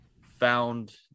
found